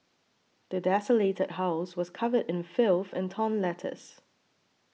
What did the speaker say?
the desolated house was covered in filth and torn letters